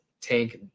Tank